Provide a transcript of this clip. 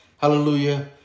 Hallelujah